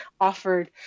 offered